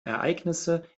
ereignisse